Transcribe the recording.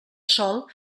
sòl